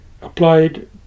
applied